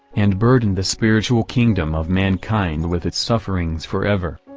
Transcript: and burdened the spiritual kingdom of mankind with its sufferings for ever.